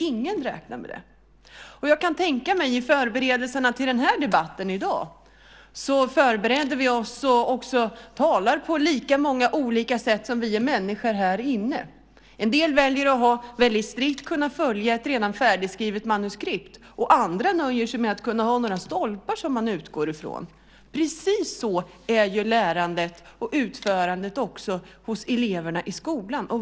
Ingen räknar med det. Jag kan tänka mig att vi i förberedelserna inför debatten i dag förberedde oss och också talar på lika många sätt som vi är människor här inne. En del väljer att väldigt strikt kunna följa ett redan färdigskrivet manuskript. Andra nöjer sig med att kunna ha några stolpar som de utgår ifrån. Precis så är lärandet och utförandet också hos eleverna i skolan.